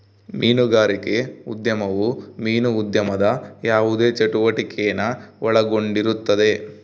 ಮೀನುಗಾರಿಕೆ ಉದ್ಯಮವು ಮೀನು ಉದ್ಯಮದ ಯಾವುದೇ ಚಟುವಟಿಕೆನ ಒಳಗೊಂಡಿರುತ್ತದೆ